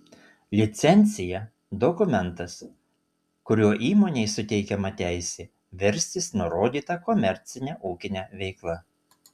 licencija dokumentas kuriuo įmonei suteikiama teisė verstis nurodyta komercine ūkine veikla